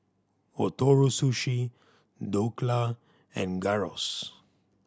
Ootoro Sushi Dhokla and Gyros